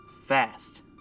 fast